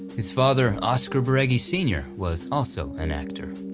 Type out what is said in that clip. his father oscar beregi sr was also an actor.